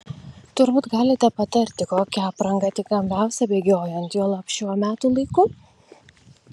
turbūt galite patarti kokia apranga tinkamiausia bėgiojant juolab šiuo metų laiku